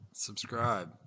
Subscribe